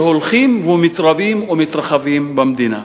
שהולכים ומתרבים ומתרחבים במדינה.